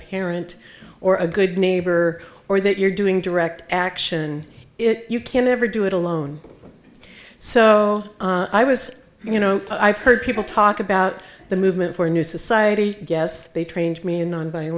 parent or a good neighbor or that you're doing direct action it you can never do it alone so i was you know i've heard people talk about the movement for a new society yes they trained me in non